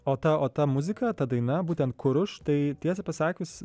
o ta o ta muzika ta daina būtent kuruš tai tiesa pasakius